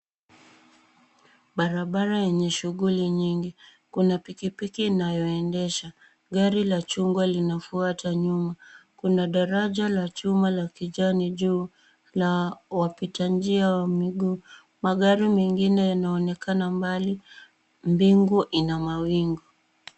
Barabara yenye shughuli nyingi kuna pikipiki inayoendesha, gari la chungwa linafuata nyuma. Kuna daraja la chuma la kijani juu la wapita njia wa miguu. Magari mengine yanaonekana mbali, mbingu ina mawingu.